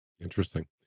Interesting